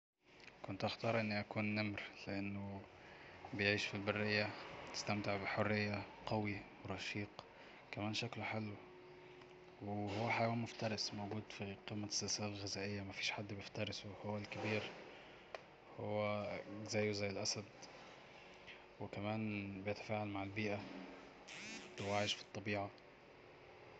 كنت هختار اني اكون نمر لانه بيعيش في البرية بيستمتع بحرية قوي ورشيق كمان شكله حلو وهو حيوان مفترس موجود في قمة السلسلة الغذائية مفيش حد بيفترسه هو الكبير هو زيه زي الأسد وكمان بيتفاعل مع البيئة وعايش في الطبيعة